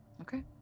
Okay